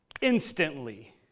instantly